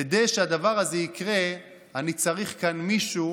כדי שהדבר הזה יקרה, אני צריך כאן מישהו